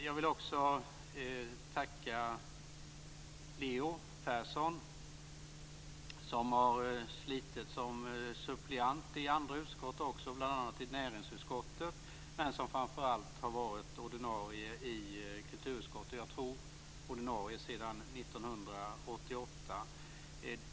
Jag vill också tacka Leo Persson, som har varit suppleant i andra utskott, bl.a. i näringsutskottet, men som framför allt har varit ordinarie ledamot i kulturutskottet sedan, tror jag, januari 1988.